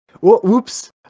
whoops